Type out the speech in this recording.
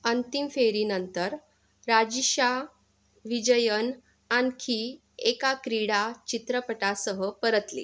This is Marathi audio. अंतिम फेरीनंतर राजीशा विजयन आणखी एका क्रीडा चित्रपटासह परतली